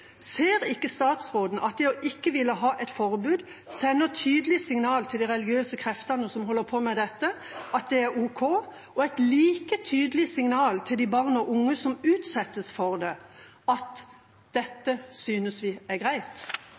Ser ikke statsråden at det ikke å ville ha et forbud sender tydelige signal til de religiøse kreftene som holder på med dette om at det er ok, og et like tydelig signal til barn og unge som utsettes for det, om at dette synes vi er greit?